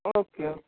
okay